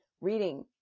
reading